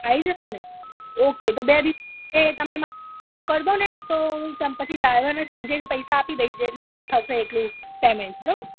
આવી જશે ને ઓકે તો બે દિવસ માટે તમે મારું બુક કરી દો ને તો હું તમ પછી ડ્રાઈવરને સાંજે જ પૈસા આપી દઈશ જેટલું થશે એટલું પેમૅન્ટ બરાબર